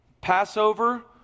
Passover